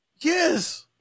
Yes